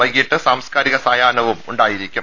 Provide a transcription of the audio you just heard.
വൈകീട്ട് സാംസ്കാരിക സായാഹ്നവും ഉണ്ടായിരിക്കും